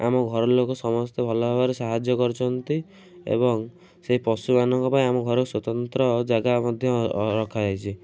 ଆମ ଘର ଲୋକ ସମସ୍ତେ ଭଲ ଭାବରେ ସାହାଯ୍ୟ କରିଛନ୍ତି ଏବଂ ସେ ପଶୁ ମାନଙ୍କ ପାଇଁ ଆମ ଘରେ ସ୍ଵତନ୍ତ୍ର ଜାଗା ମଧ୍ୟ ରଖାଯାଇଛି